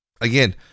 Again